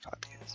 podcast